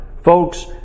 Folks